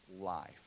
life